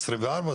עשרים וארבע,